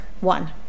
one